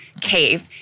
cave